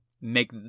make